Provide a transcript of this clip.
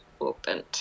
opened